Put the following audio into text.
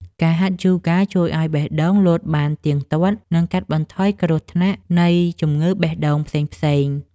ការហាត់យូហ្គាជួយឱ្យបេះដូងលោតបានទៀងទាត់ និងកាត់បន្ថយគ្រោះថ្នាក់នៃជំងឺបេះដូងផ្សេងៗ។